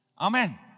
Amen